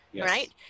Right